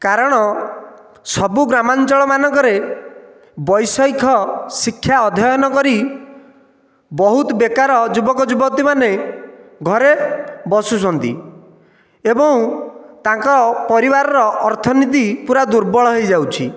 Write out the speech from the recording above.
କାରଣ ସବୁ ଗ୍ରାମାଞ୍ଚଳ ମାନଙ୍କରେ ବୈଷୟିକ ଶିକ୍ଷା ଅଧ୍ୟୟନ କରି ବହୁତ ବେକାର ଯୁବକ ଯୁବତୀ ମାନେ ଘରେ ବସୁଛନ୍ତି ଏବଂ ତାଙ୍କ ପରିବାରର ଅର୍ଥନୀତି ପୂରା ଦୁର୍ବଳ ହୋଇଯାଉଛି